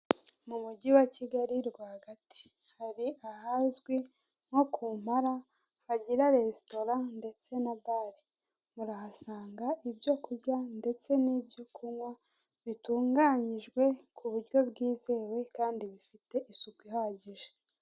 Mu mujyi wa Kigali rwagati, hari ahazwi nko ku Mpala, hagira resitora ndetse na bare; urahasanga ibyo kurya ndetse n'ibyo kunywa, bitunganyijwe ku buryo bwizewe kandi bifite isuku ihagije.